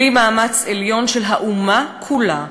בלי מאמץ עליון של האומה כולה,